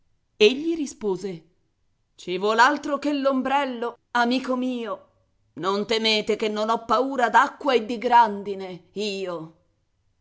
l'ombrello egli rispose ci vuol altro che l'ombrello amico mio non temete che non ho paura d'acqua e di grandine io